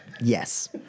Yes